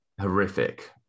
horrific